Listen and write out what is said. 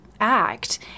act